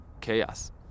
chaos